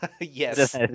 Yes